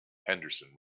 henderson